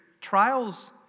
Trials